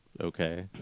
okay